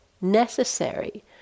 necessary